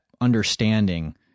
understanding